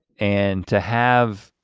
and to have